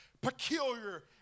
peculiar